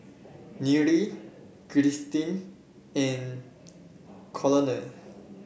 Nyree Christi and Colonel